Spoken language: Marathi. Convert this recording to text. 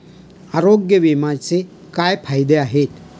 आरोग्य विम्याचे काय फायदे आहेत?